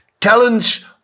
Talents